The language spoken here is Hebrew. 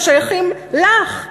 ששייכים לך,